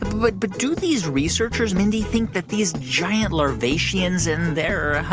but but do these researchers, mindy, think that these giant larvaceans and their,